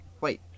Wait